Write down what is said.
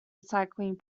recycling